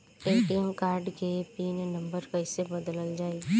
ATM card के pin number कईसे बदलल जाई?